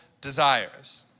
desires